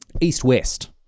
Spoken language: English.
east-west